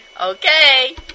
Okay